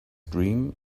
dream